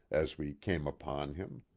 as we came upon him!